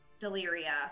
Deliria